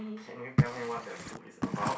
can you tell me what that book is about